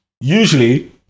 Usually